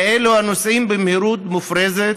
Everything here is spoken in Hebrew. כאלה הנוסעים במהירות מופרזת,